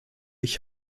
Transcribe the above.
ich